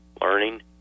learning